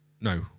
No